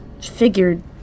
figured